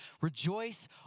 Rejoice